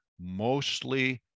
mostly